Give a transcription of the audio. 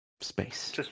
space